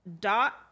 dot